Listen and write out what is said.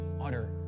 Utter